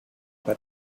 but